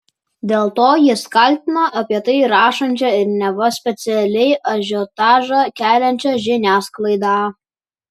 dėl to jis kaltina apie tai rašančią ir neva specialiai ažiotažą keliančią žiniasklaidą